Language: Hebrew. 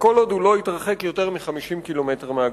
וכל עוד הוא לא התרחק יותר מ-50 קילומטרים מהגבול.